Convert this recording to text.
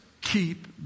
keep